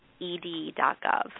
ed.gov